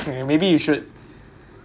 maybe you should